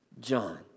John